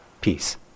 peace